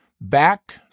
back